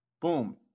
Boom